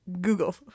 Google